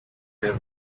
ler